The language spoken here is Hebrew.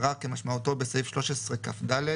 ערר כמשמעותו בסעיף 13כד,